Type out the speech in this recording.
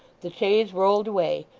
the chaise rolled away,